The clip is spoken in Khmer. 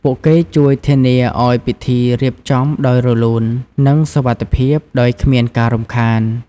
ពួកគេជួយធានាឲ្យពិធីរៀបចំដោយរលូន និងសុវត្ថិភាព ដោយគ្មានការរំខាន។